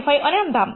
5 అని అందాము